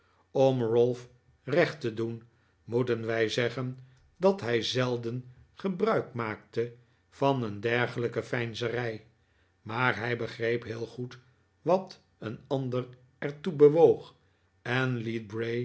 om ralph recht te doen moeten wij zeggen dat hij zelden gebruik maakte van een dergelijke veinzerij maar hij begreep heel goed wat een ander er toe bewoog en